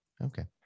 Okay